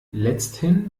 letzthin